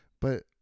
but-